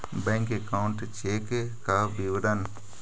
Bank account check का विवरण?